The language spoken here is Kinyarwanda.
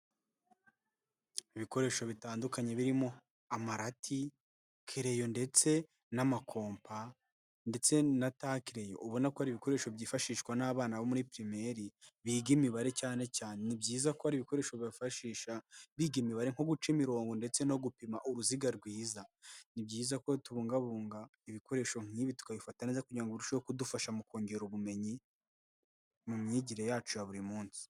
Ibikoresho bitandukanye birimo amarati, keleyo ndetse n'amakopa ndetse na takereyo ubona ko ari ibikoresho byifashishwa n'abana bo muri pirimeri biga imibare cyane cyane, ni byiza ko ibikoresho bifashisha biga imibare nko guca imirongo ndetse no gupima uruziga rwiza, ni byiza ko tubungabunga ibikoresho nk'ibi tukabifata neza kugira ururusheho kudufasha mu kongera ubumenyi mu myigire yacu ya buri munsi